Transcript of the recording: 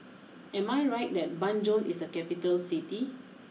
am I right that Banjul is a capital City